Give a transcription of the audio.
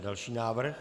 Další návrh.